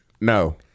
no